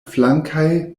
flankaj